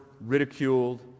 ridiculed